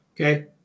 okay